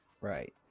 right